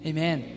Amen